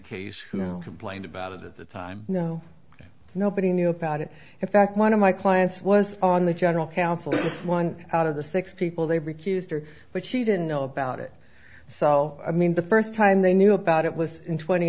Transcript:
case who complained about it at the time you know nobody knew about it in fact one of my clients was on the general counsel one out of the six people they recused her but she didn't know about it so i mean the first time they knew about it was in tw